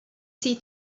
see